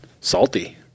salty